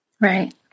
right